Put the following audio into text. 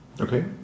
Okay